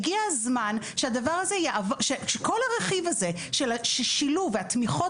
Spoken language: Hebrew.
הגיע הזמן שכל הרכיב הזה של השילוב והתמיכות